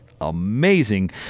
amazing